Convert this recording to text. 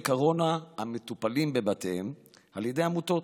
קורונה המטופלים בבתיהם על ידי עמותות,